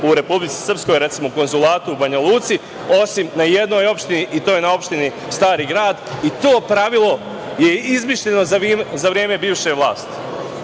u Republici Srpskoj, recimo, u konzulatu u Banjaluci, osim na jednoj opštini, i to je na opštini Stari grad, i to pravilo je izmišljeno za vreme bivše vlasti. Takođe